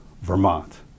Vermont